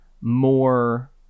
more